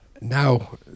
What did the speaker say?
Now